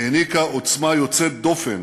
העניקה עוצמה יוצאת דופן